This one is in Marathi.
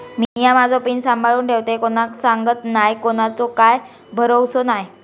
मिया माझो पिन सांभाळुन ठेवतय कोणाक सांगत नाय कोणाचो काय भरवसो नाय